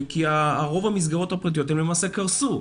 כי רוב המסגרות הפרטיות למעשה קרסו,